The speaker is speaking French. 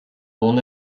mon